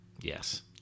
Yes